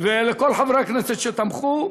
ולכל חברי הכנסת שתמכו.